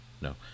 No